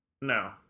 no